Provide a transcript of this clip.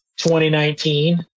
2019